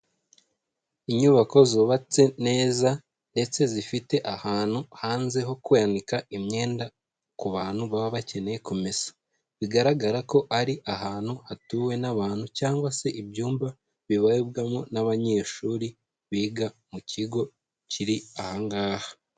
Inyubako zubatse neza, ndetse zifite ahantu hanze ho kwanika imyenda ku bantu baba bakeneye kumesa, bigaragara ko ari ahantu hatuwe n'abantu, cyangwa se ibyumba bibarirwamo n'abanyeshuri biga mu kigo kiri aha ngaha.